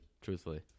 truthfully